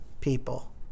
people